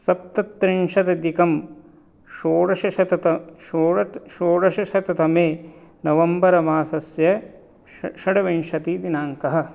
सप्तत्रिंशत् अधिकं षोडशशतत षोडत षोडशशततमे नवम्बर मासस्य ष षड्विंशतिः दिनाङ्कः